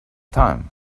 time